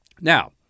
Now